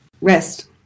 rest